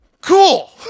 Cool